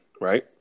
Right